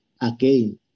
again